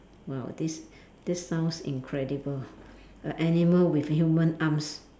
!wow! this this sounds incredible a animal with human arms